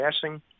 passing